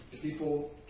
people